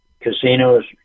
Casinos